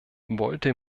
wollte